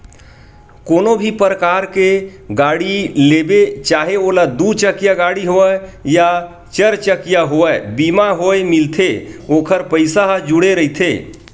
कोनो भी परकार के गाड़ी लेबे चाहे ओहा दू चकिया गाड़ी होवय या चरचकिया होवय बीमा होय मिलथे ओखर पइसा ह जुड़े रहिथे